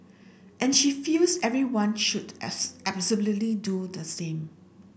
and she feels everyone should absolutely do the same